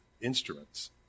instruments